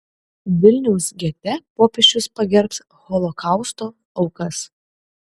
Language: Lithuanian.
vilniaus gete popiežius pagerbs holokausto aukas